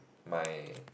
my